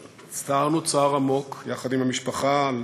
והצטערנו צער עמוק יחד עם המשפחה על